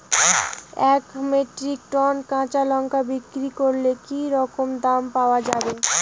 এক metric ton কাঁচা লঙ্কা বিক্রি করলে কি রকম দাম পাওয়া যাবে?